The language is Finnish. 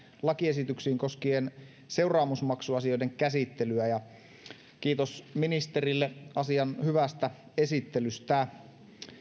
lakiesityksiin koskien seuraamusmaksuasioiden käsittelyä kiitos ministerille asian hyvästä esittelystä